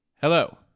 Hello